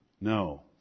No